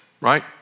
right